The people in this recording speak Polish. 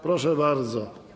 Proszę bardzo.